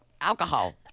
Alcohol